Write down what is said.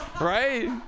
right